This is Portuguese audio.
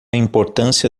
importância